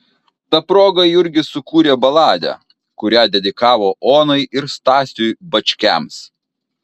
ta proga jurgis sukūrė baladę kurią dedikavo onai ir stasiui bačkiams